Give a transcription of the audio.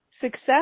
Success